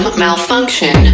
malfunction